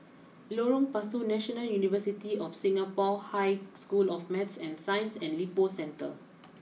Lorong Pasu National University of Singapore High School of Math and Science and Lippo Centre